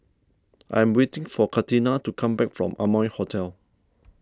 I'm waiting for Catina to come back from Amoy Hotel